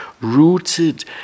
rooted